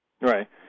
Right